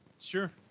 Sure